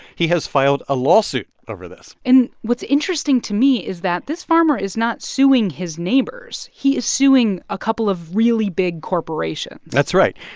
he has filed a lawsuit over this and what's interesting to me is that this farmer is not suing his neighbors. he is suing a couple of really big corporations that's right,